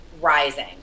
rising